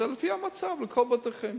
זה לפי המצב בבתי-החולים,